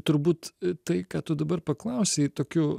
turbūt tai ką tu dabar paklausei tokiu